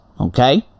okay